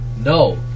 No